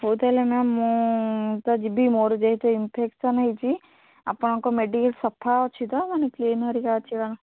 ହଉ ତାହେଲେ ମ୍ୟାମ୍ ମୁଁ ତ ଯିବି ମୋର ଯେହେତୁ ଇନଫେକସନ୍ ହେଇଛି ଆପଣଙ୍କ ମେଡ଼ିକାଲ୍ ସଫା ଅଛି ତ ମାନେ କ୍ଲିନ୍ ହରିକା ଅଛି